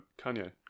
Kanye